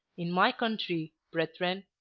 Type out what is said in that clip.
in my country, brethren,